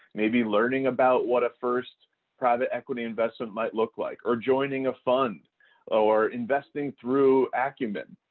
maybe learning about what a first private equity investment might look like or joining a fund or investing through acumen,